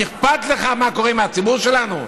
אכפת לך מה קורה עם הציבור שלנו?